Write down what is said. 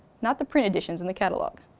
not the print editions in the catalog.